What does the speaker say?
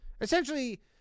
essentially